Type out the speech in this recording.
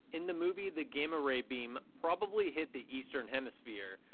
in the movie the gamma ray beam probably hit the eastern hemisphere.